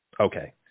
Okay